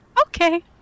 Okay